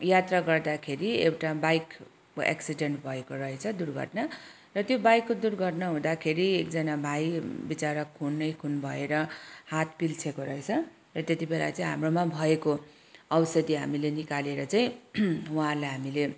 यात्रा गर्दाखेरि एउटा बाइकको एक्सिडेन्ट भएको रहेछ दुर्घटना र त्यो बाइकको दुर्घटना हुँदाखेरि एकजाना भाइ बिचारा खुनै खुन भएर हात पिल्छेको रहेछ र त्यति बेला चाहिँ हाम्रोमा भएको औषधि हामीले निकालेर चाहिँ उहाँलाई हामीले